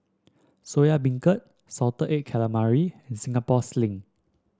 Soya Beancurd Salted Egg Calamari and Singapore Sling